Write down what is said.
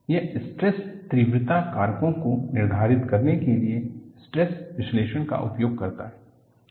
यह स्ट्रेस तीव्रता कारकों को निर्धारित करने के लिए स्ट्रेस विश्लेषण का उपयोग करता है